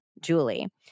Julie